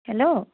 hello